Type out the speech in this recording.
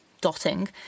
dotting